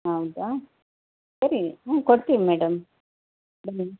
ಹೌದಾ ಸರಿ ಹ್ಞೂ ಕೊಡ್ತೀವಿ ಮೇಡಮ್ ಬನ್ನಿ